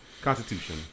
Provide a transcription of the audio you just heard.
constitution